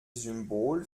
symbol